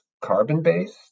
carbon-based